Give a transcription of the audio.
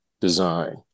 design